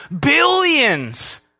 billions